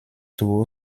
duo